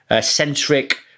centric